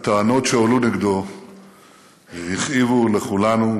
הטענות שהועלו נגדו הכאיבו לכולנו,